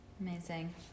Amazing